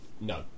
no